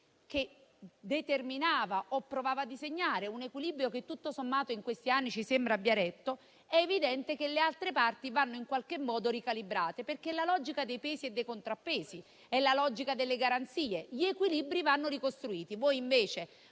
che determinava o provava a disegnare un equilibrio che, tutto sommato, in questi anni ci sembra abbia retto, è evidente che le altre parti vanno in qualche modo ricalibrate. È la logica dei pesi e dei contrappesi; è la logica delle garanzie. Gli equilibri vanno ricostruiti. Voi, invece,